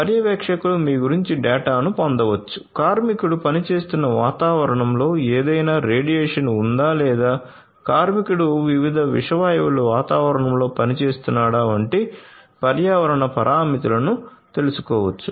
పర్యవేక్షకులు మీ గురించి డేటాను పొందవచ్చు కార్మికుడు పనిచేస్తున్న వాతావరణంలో ఏదైనా రేడియేషన్ ఉందా లేదా కార్మికుడు వివిధ విష వాయువులతో వాతావరణంలో పనిచేస్తున్నాడా వంటి పర్యావరణ పారామితులను తెలుసుకోవచ్చు